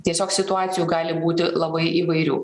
tiesiog situacijų gali būti labai įvairių